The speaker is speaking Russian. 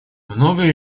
многое